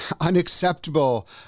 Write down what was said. unacceptable